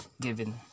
given